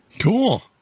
Cool